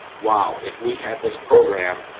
while if we had this program,